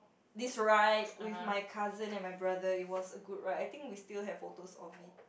this ride with my cousin and my brother it was a good ride I think we still have photos of it